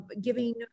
giving